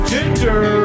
Ginger